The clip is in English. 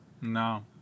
No